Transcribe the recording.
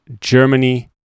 Germany